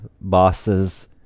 bosses